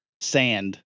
sand